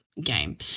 game